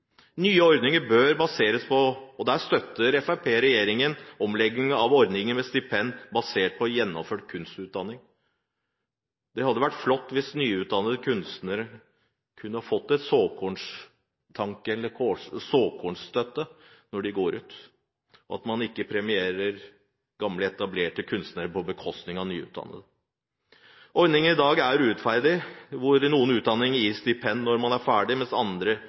Nye ordninger bør baseres på – og der støtter Fremskrittspartiet regjeringen – stipend basert på gjennomført kunstutdanning. Det hadde vært flott hvis nyutdannede kunstnere kunne fått en såkornstøtte når de går ut, og at man ikke premierer gamle etablerte kunstnere på bekostning av nyutdannede. Ordningen i dag er urettferdig, da noen utdanninger gir stipend når man er ferdig, mens andre,